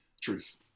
truth